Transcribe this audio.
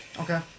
Okay